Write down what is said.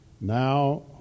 Now